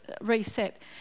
reset